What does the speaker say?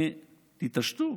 תתעשתו.